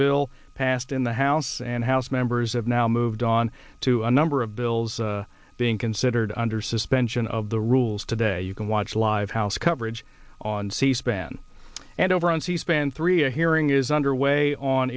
bill passed in the house and house members have now moved on to a number of bills being considered under suspension of the rules today you can watch live house coverage on c span and over on c span three a hearing is under way on